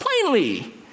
plainly